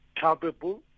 capable